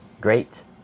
Great